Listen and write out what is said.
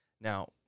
Now